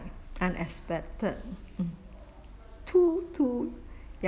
unexpected two two